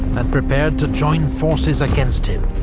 and prepared to join forces against him